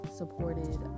supported